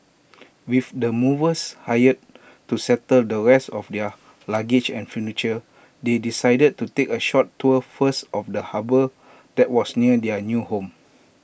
with the movers hired to settle the rest of their luggage and furniture they decided to take A short tour first of the harbour that was near their new home